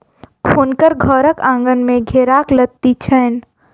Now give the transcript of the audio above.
हुनकर घरक आँगन में घेराक लत्ती छैन